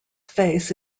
face